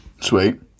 Sweet